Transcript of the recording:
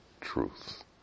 truth